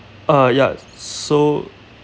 uh ya so